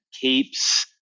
keeps